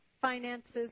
finances